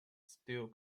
still